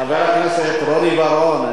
חבר הכנסת רוני בר-און.